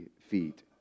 feet